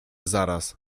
zaraz